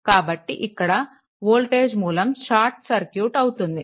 కాబట్టి ఇక్కడ వోల్టేజ్ మూలం షార్ట్ సర్క్యూట్ అవుతుంది